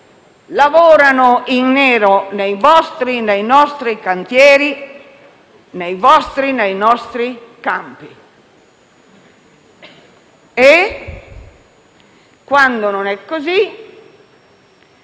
nostre case, nei vostri e nei nostri cantieri, nei vostri e nei nostri campi. E, quando non è così,